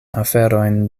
aferojn